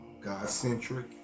God-centric